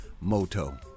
moto